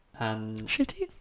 Shitty